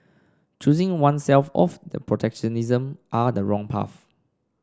choosing oneself off the protectionism are the wrong path